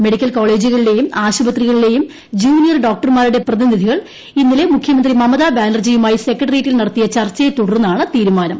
മെഡിക്കൽകോളേജുകളിലെയും ആശുപത്രികളിലെയും ജൂനിയർ ഡോക്ടർമാരുടെ പ്രതിനിധികൾ ഇന്നലെ മുഖ്യമന്ത്രി മമതാ ബാനർജിയുമായി സെക്രട്ടേറിയറ്റിൽ നടത്തിയ ചർച്ചയെ തുടർന്നാണ് തീരുമാനം